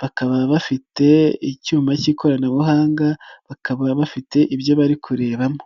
bakaba bafite icyuma k'ikoranabuhanga, bakaba bafite ibyo bari kureba mo.